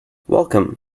welcome